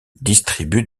distribue